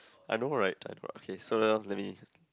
I know right okay so now let me